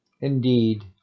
indeed